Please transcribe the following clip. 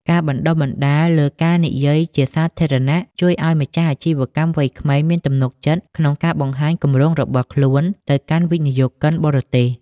ការបណ្ដុះបណ្ដាលលើ "ការនិយាយជាសាធារណៈ" ជួយឱ្យម្ចាស់អាជីវកម្មវ័យក្មេងមានទំនុកចិត្តក្នុងការបង្ហាញគម្រោងរបស់ខ្លួនទៅកាន់វិនិយោគិនបរទេស។